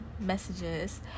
messages